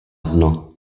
dno